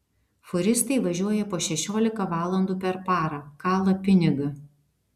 fūristai važiuoja po šešiolika valandų per parą kala pinigą